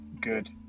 good